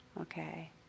okay